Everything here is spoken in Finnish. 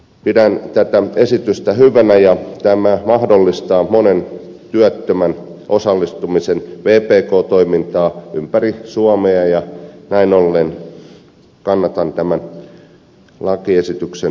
pidän tätä esitystä hyvänä ja tämä mahdollistaa monen työttömän osallistumisen vpk toimintaan ympäri suomea ja näin ollen kannatan tämän lakiesityksen läpimenoa